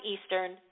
Eastern